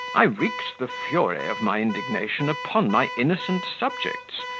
i wreaked the fury of my indignation upon my innocent subjects,